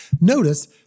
Notice